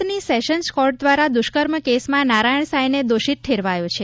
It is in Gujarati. સુરતની સેશન્સ કોર્ટ દ્વારા દુષ્કર્મ કેસમાં નારાયણ સાંઈને દોષિત ઠેરવાયો છે